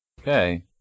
Okay